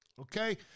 Okay